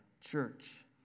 Church